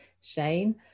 Shane